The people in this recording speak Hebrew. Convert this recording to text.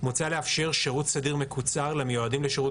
מוצע לאפשר שירות סדיר מקוצר למיועדים לשירות